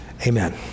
Amen